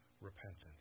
repentance